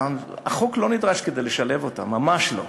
החוק לא נדרש כדי לשלב אותם, ממש לא.